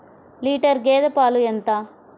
Litre గేదె పాలు ఎంత?